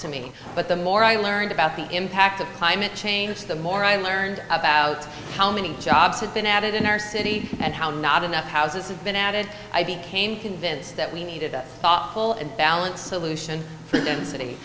to me but the more i learned about the impact of climate change the more i learned about how many jobs have been added in our city and how not enough houses have been added i became convinced that we needed thoughtful and balanced solution for the